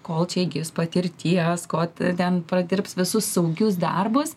kol čia įgis patirties ko t ten pradirbs visus saugius darbus